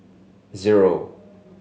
zero